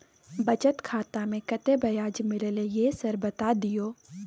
बचत खाता में कत्ते ब्याज मिलले ये सर बता दियो?